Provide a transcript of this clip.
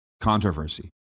controversy